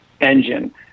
engine